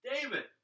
David